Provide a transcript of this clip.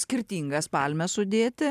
skirtingas palmes sudėti